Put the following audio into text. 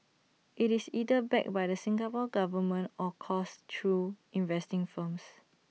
IT is either backed by the Singapore Government or coursed through investing firms